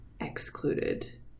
excluded